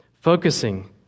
focusing